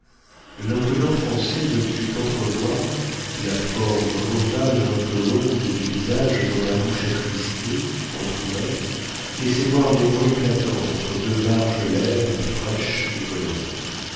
l'imprudent français ne put qu'entrevoir la forme ovale un peu longue du visage dont la bouche attristée entr'ouverte laissait voir des dents éclatantes entre deux larges lèvres fraîches et colorées